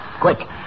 Quick